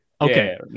Okay